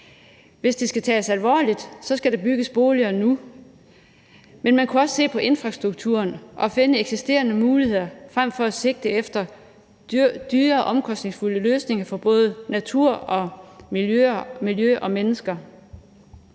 Hvis det skal tages alvorligt, skal der bygges boliger nu. Men man kunne også se på infrastrukturen og finde eksisterende muligheder frem for at sigte efter dyre og omkostningsfulde løsninger for både natur og miljø og mennesker.